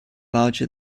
larger